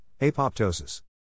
apoptosis